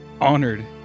honored